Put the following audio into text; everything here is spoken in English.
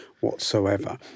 whatsoever